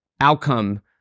outcome